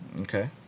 Okay